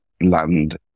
land